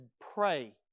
pray